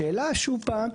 השאלה שוב פעם,